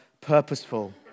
purposeful